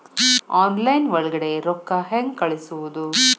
Online ಒಳಗಡೆ ರೊಕ್ಕ ಹೆಂಗ್ ಕಳುಹಿಸುವುದು?